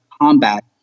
combat